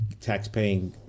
taxpaying